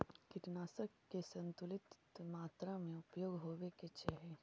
कीटनाशक के संतुलित मात्रा में उपयोग होवे के चाहि